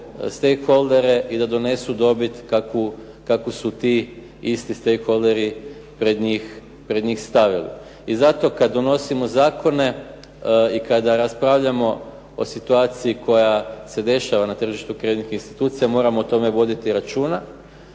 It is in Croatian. i da donesu dobit kakvu su ti isti stakeholderi pred njih stavili. I zato kad donosimo zakone i kada raspravljamo o situaciji koja se dešava na tržištu kreditnih institucija moramo o tome voditi računa.